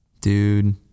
dude